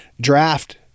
draft